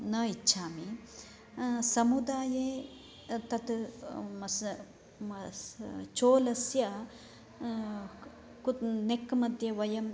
न इच्छामि समुदाये तत् मस मस चोलस्य नेक्मध्ये वयम्